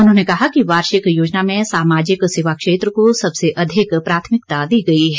उन्होंने कहा कि वार्षिक योजना में सामाजिक सेवा क्षेत्र को सबसे अधिक प्राथमिकता दी गई है